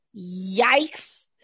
Yikes